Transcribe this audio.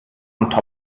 und